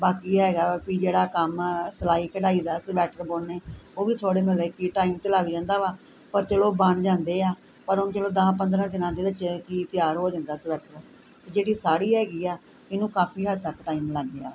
ਬਾਕੀ ਹੈਗਾ ਕਿ ਜਿਹੜਾ ਕੰਮ ਸਿਲਾਈ ਕਢਾਈ ਦਾ ਸਵੈਟਰ ਬੁਣਨੇ ਉਹ ਵੀ ਥੋੜ੍ਹੇ ਮਤਲਬ ਕਿ ਟਾਈਮ 'ਤੇ ਲੱਗ ਜਾਂਦਾ ਵਾ ਪਰ ਚਲੋ ਬਣ ਜਾਂਦੇ ਆ ਪਰ ਹੁਣ ਚਲੋ ਦਸ ਪੰਦਰਾਂ ਦਿਨਾਂ ਦੇ ਵਿੱਚ ਹੀ ਤਿਆਰ ਹੋ ਜਾਂਦਾ ਸਵੈਟਰ ਜਿਹੜੀ ਸਾੜੀ ਹੈਗੀ ਆ ਇਹਨੂੰ ਕਾਫੀ ਹੱਦ ਤੱਕ ਟਾਈਮ ਲੱਗ ਗਿਆ